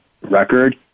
record